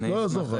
לא יעזור.